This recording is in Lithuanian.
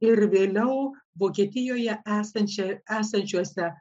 ir vėliau vokietijoje esančią esančiose